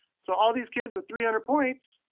so all these kids with three hundred points,